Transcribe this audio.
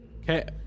Okay